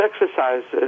exercises